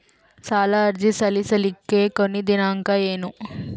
ಸಾಲ ಅರ್ಜಿ ಸಲ್ಲಿಸಲಿಕ ಕೊನಿ ದಿನಾಂಕ ಏನು?